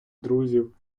друзів